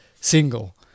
single